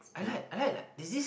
I like I like that is this